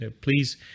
please